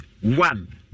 one